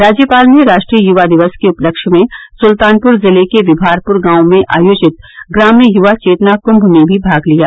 राज्यपाल ने राष्ट्रीय युवा दिवस के उपलक्ष्य में सुल्तानपुर जिले के विमारपुर गांव में आयोजित ग्राम्य युवा चेतना कुंभ में भी भाग लिया